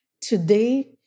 Today